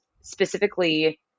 specifically